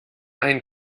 ein